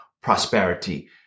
prosperity